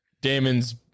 Damon's